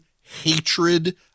hatred